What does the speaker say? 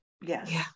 Yes